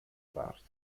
bardzo